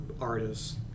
artists